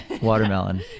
watermelon